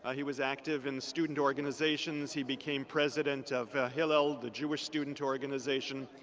ah he was active in the student organizations he became president of hillel, the jewish student organization.